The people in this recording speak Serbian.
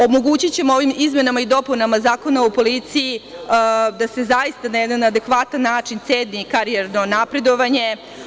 Omogući ćemo ovim izmenama i dopunama Zakona o policiji da se zaista na jedan adekvatan način ceni karijerno napredovanje.